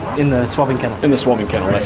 in the swabbing kennel? in the swabbing kennel, that's